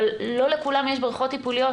אבל לא לכולם יש בריכות טיפוליות,